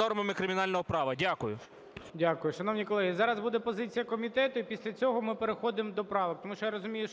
нормами кримінального права. Дякую. ГОЛОВУЮЧИЙ. Дякую. Шановні колеги, зараз буде позиція комітету, і після цього ми переходимо до правок, тому що, я розумію,